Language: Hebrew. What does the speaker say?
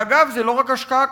אגב, זה לא רק השקעה כספית.